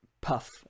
puff